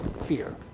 fear